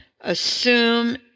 Assume